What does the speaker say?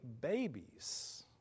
babies